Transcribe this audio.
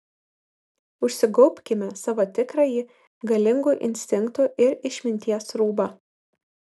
užsigaubkime savo tikrąjį galingų instinktų ir išminties rūbą